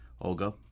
Olga